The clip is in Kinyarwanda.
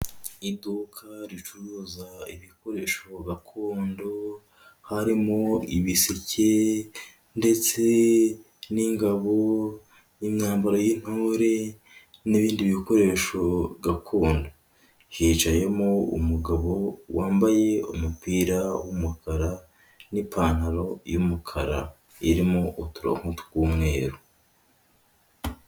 Iduka ricuruza ibikoresho gakondo harimo ibiseke ndetse n'ingabo n'imyambaro y'intore n'ibindi bikoresho gakondo, hicayemo umugabo wambaye umupira w'umukara n'ipantaro y'umukara irimo uturongo tw'umweru.